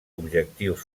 objectius